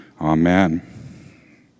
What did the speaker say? Amen